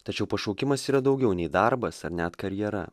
tačiau pašaukimas yra daugiau nei darbas ar net karjera